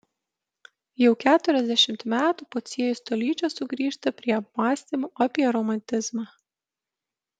jau keturiasdešimt metų pociejus tolydžio sugrįžta prie apmąstymų apie romantizmą